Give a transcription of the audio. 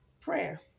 prayer